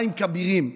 מים כבירים.